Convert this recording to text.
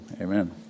amen